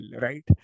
right